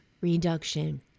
reduction